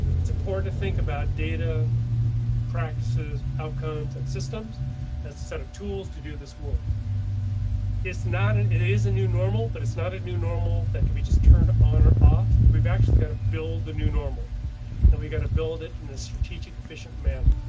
it's important to think about data practices outcomes and systems as a set of tools to do this work is not and it is a new normal, but it's not a new normal that could be just turned on or off. we've actually got to build the new normal and we got to build it in the strategic efficient manner.